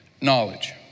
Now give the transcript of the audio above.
Knowledge